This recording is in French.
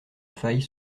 failles